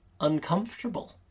uncomfortable